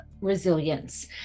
resilience